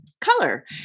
color